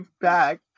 back